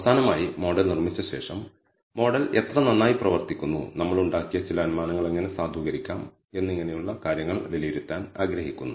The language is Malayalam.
അവസാനമായി മോഡൽ നിർമ്മിച്ച ശേഷം മോഡൽ എത്ര നന്നായി പ്രവർത്തിക്കുന്നു നമ്മൾ ഉണ്ടാക്കിയ ചില അനുമാനങ്ങൾ എങ്ങനെ സാധൂകരിക്കാം എന്നിങ്ങനെയുള്ള കാര്യങ്ങൾ വിലയിരുത്താൻ ആഗ്രഹിക്കുന്നു